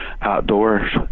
outdoors